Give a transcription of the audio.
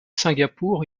singapour